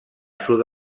sud